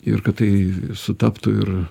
ir kad tai sutaptų ir